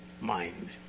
mind